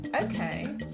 okay